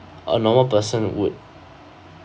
a normal person would